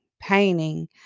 painting